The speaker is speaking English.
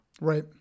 Right